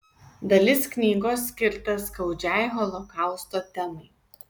dalis knygos skirta skaudžiai holokausto temai